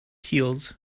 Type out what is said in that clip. heels